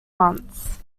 months